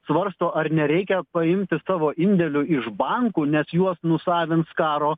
svarsto ar nereikia paimti savo indėlių iš bankų net juos nusavins karo